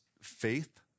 faith